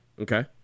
Okay